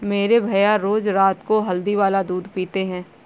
मेरे भैया रोज रात को हल्दी वाला दूध पीते हैं